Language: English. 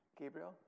Gabriel